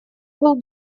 был